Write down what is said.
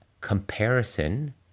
Comparison